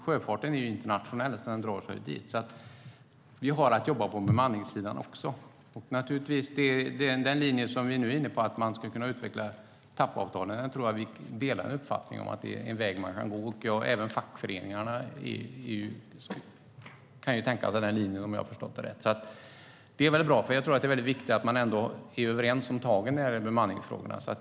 Sjöfarten är internationell, och den drar sig dit. Vi har att jobba på bemanningssidan också. Jag tror att vi delar uppfattningen att en utveckling av tappavtalen är en väg att gå. Även fackföreningarna kan tänka sig den linjen. Det är bra eftersom det är viktigt att vara överens om bemanningsfrågorna.